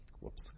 Whoops